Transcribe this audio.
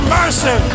mercy